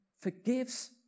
forgives